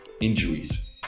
injuries